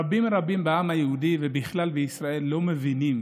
רבים רבים בעם היהודי ובכלל בישראל לא מבינים